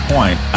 Point